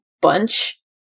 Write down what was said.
bunch